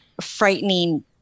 frightening